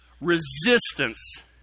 resistance